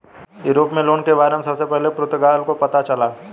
Europe में loan के बारे में सबसे पहले पुर्तगाल को पता चला